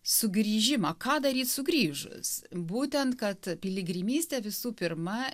sugrįžimą ką daryt sugrįžus būtent kad piligrimystė visų pirma